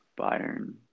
Bayern